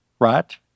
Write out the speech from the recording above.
right